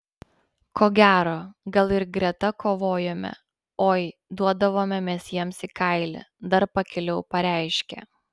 ko gero gal ir greta kovojome oi duodavome mes jiems į kailį dar pakiliau pareiškė